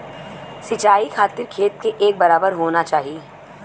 सिंचाई खातिर खेत के एक बराबर होना चाही